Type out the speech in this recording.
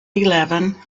eleven